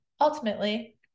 ultimately